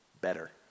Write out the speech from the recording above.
better